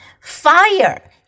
Fire